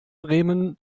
bremen